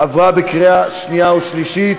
עברה בקריאה שנייה ושלישית,